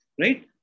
Right